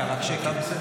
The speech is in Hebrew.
חברי הכנסת.